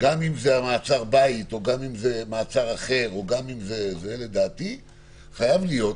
גם אם זה מעצר בית או גם אם זה מעצר אחר לדעתי חייבת להיות